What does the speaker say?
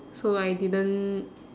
so I didn't